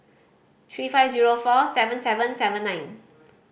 three five zero four seven seven seven nine